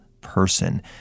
person